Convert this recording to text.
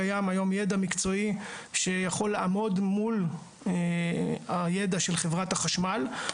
קיים היום ידע מקצועי שיכול לעמוד מול הידע של חברת החשמל.